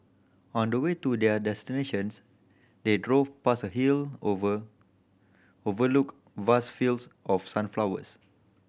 on the way to their destinations they drove past a hill over overlooked vast fields of sunflowers